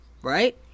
Right